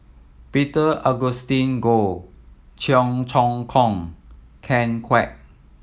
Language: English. Peter Augustine Goh Cheong Choong Kong Ken Kwek